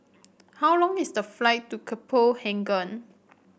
how long is the flight to Copenhagen